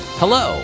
hello